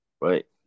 right